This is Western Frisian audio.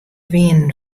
wiene